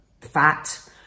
fat